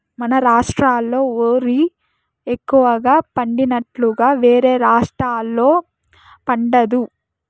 మన రాష్ట్రాల ఓరి ఎక్కువగా పండినట్లుగా వేరే రాష్టాల్లో పండదు